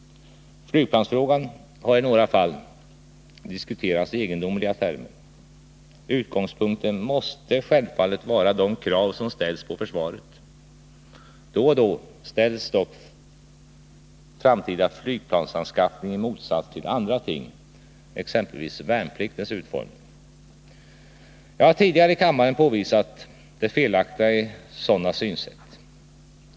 Flygplansfrågan har i några fall diskuterats i egendomliga termer. Utgångspunkten måste självfallet vara de krav som ställs på försvaret. Då och då ställs dock framtida flygplansanskaffning i motsats till andra ting, exempelvis värnpliktens utformning. Jag har tidigare i kammaren påvisat det felaktiga i sådana synsätt.